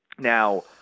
Now